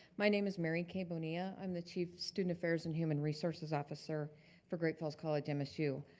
my name is mary kay bonilla i'm the chief student affairs and human resources officer for great falls college msu.